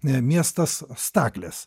e miestas staklės